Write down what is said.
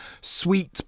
Sweet